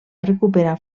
recuperar